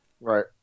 Right